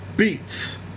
beats